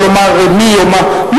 ולא אמר מי או מה.